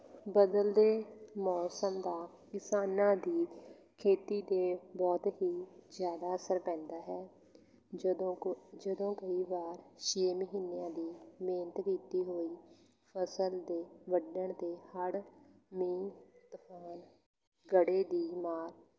ਬਦਲਦੇ ਮੌਸਮ ਦਾ ਕਿਸਾਨਾਂ ਦੀ ਖੇਤੀ 'ਤੇ ਬਹੁਤ ਹੀ ਜ਼ਿਆਦਾ ਅਸਰ ਪੈਂਦਾ ਹੈ ਜਦੋਂ ਕੋ ਜਦੋਂ ਕਈ ਵਾਰ ਛੇ ਮਹੀਨਿਆਂ ਦੀ ਮਿਹਨਤ ਕੀਤੀ ਹੋਈ ਫਸਲ ਦੇ ਵੱਢਣ 'ਤੇ ਹੜ੍ਹ ਮੀਂਹ ਤੂਫਾਨ ਗੜੇ ਦੀ ਮਾਰ